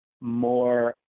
more